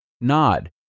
Nod